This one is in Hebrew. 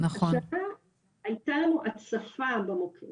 השנה הייתה לנו הצפה במוקד